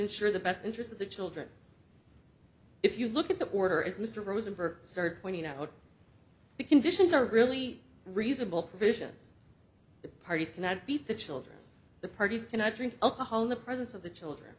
ensure the best interest of the children if you look at the order is mr rosenberg started pointing out the conditions are really reasonable provisions the parties cannot beat the children the parties cannot drink alcohol in the presence of the children